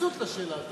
בהתייחסות לשאלה הזאת,